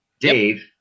Dave